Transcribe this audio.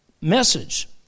message